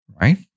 right